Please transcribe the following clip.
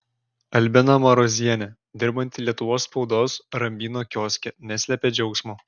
albina marozienė dirbanti lietuvos spaudos rambyno kioske neslėpė džiaugsmo